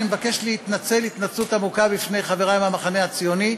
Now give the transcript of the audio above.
אני מבקש להתנצל התנצלות עמוקה בפני חברי מהמחנה הציוני,